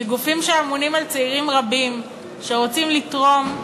כגופים שאמונים על צעירים רבים שרוצים לתרום,